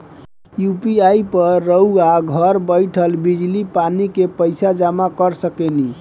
UPI पर रउआ घर बईठल बिजली, पानी के पइसा जामा कर सकेनी